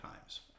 times